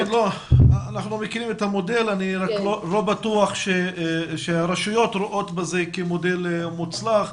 אנחנו מכירים את המודל אלא שאני לא בטוח שהרשויות רואות בזה מודל מוצלח.